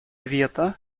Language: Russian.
вето